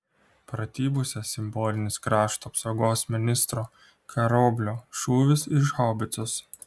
pratybose simbolinis krašto apsaugos ministro karoblio šūvis iš haubicos